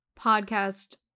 podcast